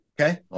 Okay